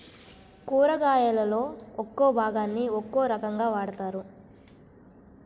కూరగాయలలో ఒక్కో భాగాన్ని ఒక్కో రకంగా వాడతారు